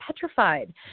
petrified